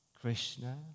Krishna